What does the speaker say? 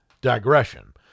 digression